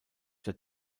der